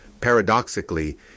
Paradoxically